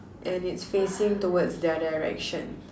and it's facing towards their direction